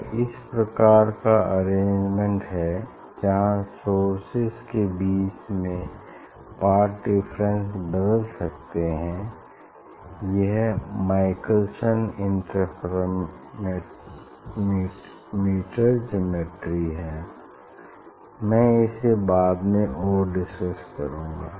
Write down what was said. अगर इस प्रकार का अरेंजमेंट है जहाँ सोर्सेज के बीच में पाथ डिफरेंस बदल सकते हैं यह माइकलसन इंटरफेरोमीटर ज्योमेट्री है मैं इसे बाद में और डिसकस करूँगा